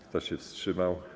Kto się wstrzymał?